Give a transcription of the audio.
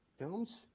Films